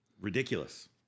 Ridiculous